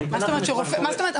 אני אתן לכם מה זאת אומרת,